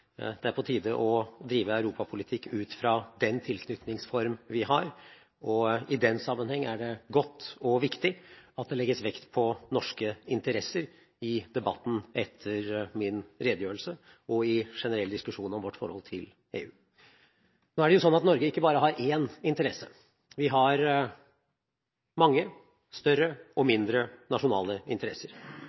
Det er på tide å drive europapolitikk ut fra den tilknytningsform vi har, og i den sammenheng er det godt og viktig at det legges vekt på norske interesser i debatten etter min redegjørelse, og i generell diskusjon om vårt forhold til EU. Nå er det sånn at Norge ikke bare har én interesse. Vi har mange større og mindre nasjonale interesser.